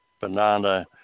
banana